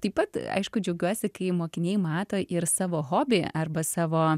taip pat aišku džiaugiuosi kai mokiniai mato ir savo hobį arba savo